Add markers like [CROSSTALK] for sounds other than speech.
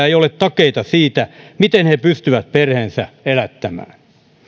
[UNINTELLIGIBLE] ei ole takeita siitä miten he pystyvät perheensä elättämään